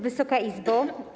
Wysoka Izbo!